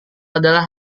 adalah